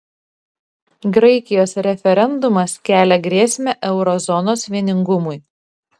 graikijos referendumas kelia grėsmę euro zonos vieningumui